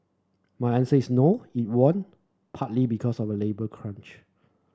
my answer is no it won't partly because of the labour crunch